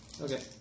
Okay